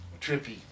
trippy